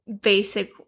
basic